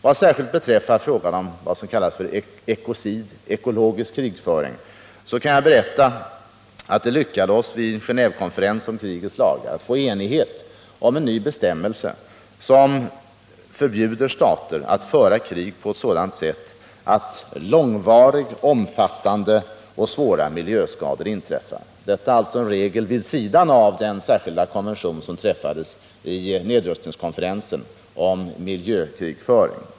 Vad särskilt beträffar frågan om det som kallas ekologisk krigföring kan jag berätta att det lyckades oss vid Genévekonferensen under krigets dagar att nå enighet om en ny bestämmelse som förbjuder stater att föra krig på sådant sätt att långvariga, omfattande och svåra miljöskador inträffar. Detta är alltså en regel vid sidan av den särskilda konvention som träffades vid nedrustningskonferensen om miljökrigföring.